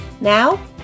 Now